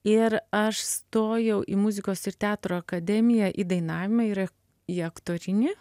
ir aš stojau į muzikos ir teatro akademiją į dainavimą ir į aktorinį